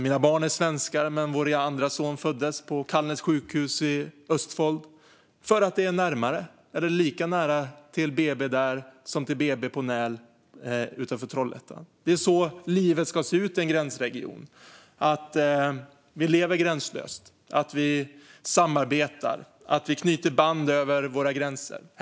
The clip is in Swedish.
Mina barn är svenskar, men vår andre son föddes på sjukhuset Østfold Kalnes, för att det är närmare eller lika nära till BB där som det är till BB på Näl utanför Trollhättan. Det är så livet ska se ut i en gränsregion. Vi lever gränslöst, samarbetar och knyter band över våra gränser. Fru talman!